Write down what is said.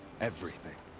everything.